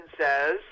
says